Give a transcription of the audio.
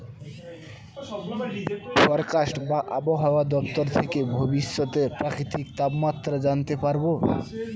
forecast বা আবহাওয়া দপ্তর থেকে ভবিষ্যতের প্রাকৃতিক তাপমাত্রা জানতে পারবো